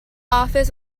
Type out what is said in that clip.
office